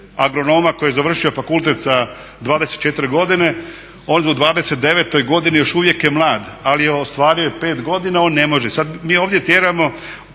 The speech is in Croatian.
agronoma koji je završio fakultet sa 24 godine, od u 29 godini još uvijek je mlad, ali ostvario je 5 godina, on ne može.